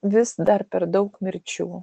vis dar per daug mirčių